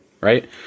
right